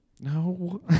No